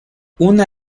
una